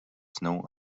know